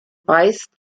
weist